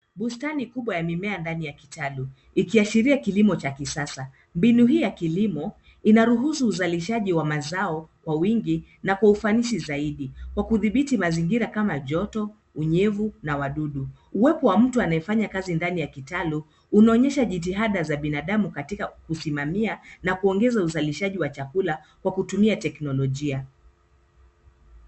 Bustani kubwa ya mimea ndani ya kitalu ikiashiria kilimo cha kisasa. Mbinu hii ya kilimo inaruhusu uzalishaji wa mazao kwa wingi na kwa ufanisi zaidi kwa kudhibiti mazingira kama joto, unyevu na wadudu. Uwapo wa mtu anayefanya kazi ndani ya kitalu, unaonyesha jitihada ya binadamu katika kusimamia na kuongeza uzalishaji wa chakula kwa kutumia teknolojia.